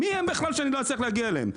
מי הם בכלל שאני לא אצליח להגיע אליהם?